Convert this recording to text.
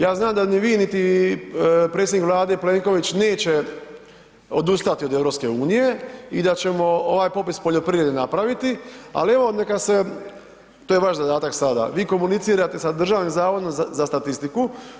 Ja znam da ni vi niti predsjednik Vlade Plenković neće odustati od EU i da ćemo ovaj popis poljoprivrede napraviti ali evo neka se, to je vaš zadatak sada, vi komunicirate sa Državnim zavodom za statistiku.